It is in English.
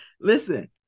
Listen